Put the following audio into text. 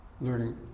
learning